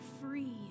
free